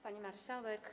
Pani Marszałek!